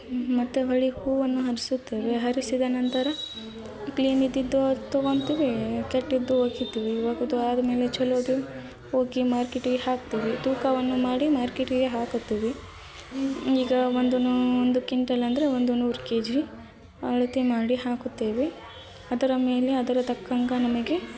ಮತ್ತು ಹೊಳಿ ಹೂವನ್ನು ಹರ್ಸುತ್ತವೆ ಹರಿಸಿದ ನಂತರ ಕ್ಲೀನ್ ಇದ್ದಿದ್ದು ಅದು ತಗೊತಿವಿ ಕೆಟ್ಟಿದ್ದು ಒಗಿತೀವಿ ಒಗೆದು ಆದಮೇಲೆ ಚಲೋದು ಹೋಗಿ ಮಾರ್ಕೆಟಿಗೆ ಹಾಕ್ತೀವಿ ತೂಕವನ್ನು ಮಾಡಿ ಮಾರ್ಕೆಟಿಗೆ ಹಾಕುತ್ತೀವಿ ಈಗ ಒಂದನೂ ಒಂದು ಕಿಂಟಲ್ ಅಂದರೆ ಒಂದು ನೂರು ಕೆಜಿ ಅಳತೆ ಮಾಡಿ ಹಾಕುತ್ತೇವೆ ಅದರ ಮೇಲೆ ಅದರ ತಕ್ಕಂಗೆ ನಮಗೆ